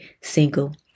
single